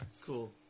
Cool